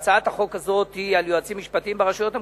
ושהצעת החוק הזאת היא על יועצים משפטיים ברשויות המקומיות,